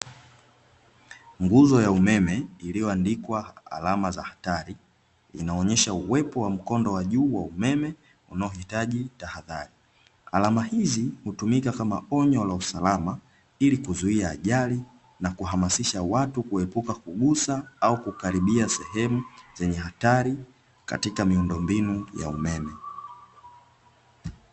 Nguzo ya Umeme iliyoandikwa alama za "hatari" , inaonyesha uwepo wa mkondo wa juu wa umeme unaohitaji tahadhari. Alama hizi hutumika kama onyo la usalama, ili kuzuia ajali, na kuhamasisha watu kuepuka kugusa au kukaribia sehemu zenye hatari katika miundombinu ya umeme.